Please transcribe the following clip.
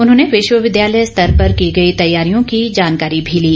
उन्होंने विश्वविद्यालय स्तर पर की गई तैयारियों की जानकारी भी ली